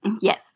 Yes